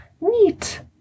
neat